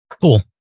Cool